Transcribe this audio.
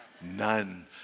None